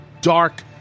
dark